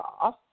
off